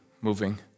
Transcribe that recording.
moving